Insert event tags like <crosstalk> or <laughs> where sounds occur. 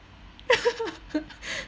<laughs>